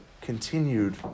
continued